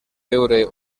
veure